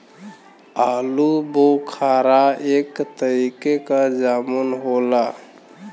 आलूबोखारा एक तरीके क जामुन होला